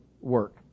work